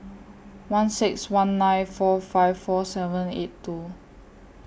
one six one nine four five four seven eight two